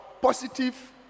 positive